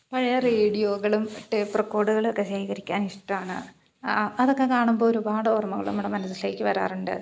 പഴയ റേഡിയോകളും ടേപ്പ് റെക്കോർഡുകളൊക്കെ ശേഖരിക്കാൻ ഇഷ്ടമാണ് അതൊക്കെ കാണുമ്പോൾ ഒരുപാട് ഓർമ്മകൾ നമ്മുടെ മനസ്സിലേക്ക് വരാറുണ്ട്